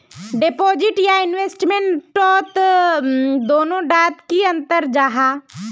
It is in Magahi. डिपोजिट या इन्वेस्टमेंट तोत दोनों डात की अंतर जाहा?